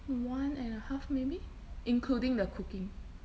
one and a half maybe including the cooking